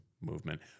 movement